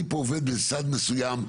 אני פה עובד בסד מסוים,